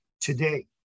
today